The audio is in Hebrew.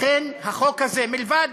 לכן, החוק הזה, מלבד